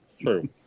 true